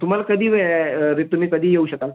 तुम्हाला कधी वेळ आहे री तुम्ही कधी येऊ शकाल